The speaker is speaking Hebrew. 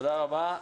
תודה רבה.